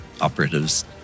operatives